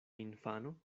infano